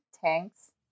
tanks